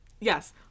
Yes